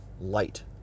light